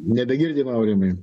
nebegirdim aurimai